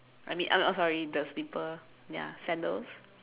I mean I'm I'm sorry the slipper ya sandals